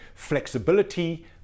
Flexibility